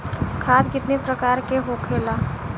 खाद कितने प्रकार के होखेला?